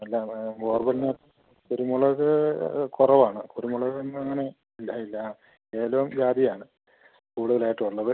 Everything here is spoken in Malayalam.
എല്ലാം അത് ബോർവെൽ കുരുമുളക് കുറവാണ് കുരുമുളകൊന്നും അങ്ങനെ ഇല്ല ഇല്ല ഏലവും ജാതിയാണ് കൂടുതൽ ആയിട്ടുള്ളത്